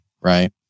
right